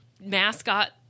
mascot